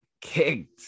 Kicked